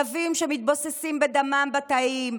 כלבים שמתבוססים בדמם בתאים,